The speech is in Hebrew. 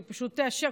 שפשוט תאשר,